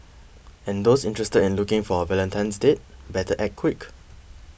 and those interested in looking for a Valentine's date better act quick